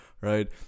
right